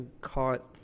caught